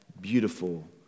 beautiful